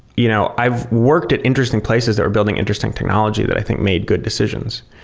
you know i've worked at interesting places that are building interesting technology that i think made good decisions.